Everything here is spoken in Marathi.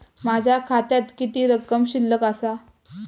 माझ्या खात्यात किती रक्कम शिल्लक आसा?